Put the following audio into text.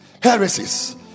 heresies